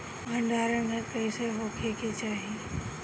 भंडार घर कईसे होखे के चाही?